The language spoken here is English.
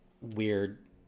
weird